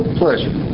pleasure